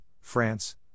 France